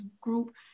group